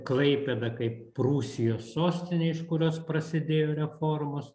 klaipėda kaip prūsijos sostinė iš kurios prasidėjo reformos